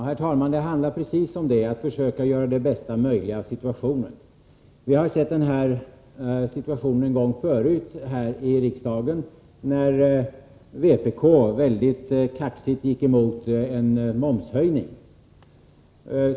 Herr talman! Att försöka göra det bästa möjliga av situationen är precis vad det handlar om. Vi har upplevt den nuvarande situationen en gång förut här i riksdagen, när vpk mycket kaxigt gick emot en momshöjning.